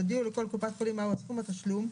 יודיעו לכל קופת חולים מהו סכום התשלום,